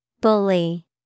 Bully